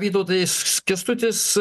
vytautais kęstutis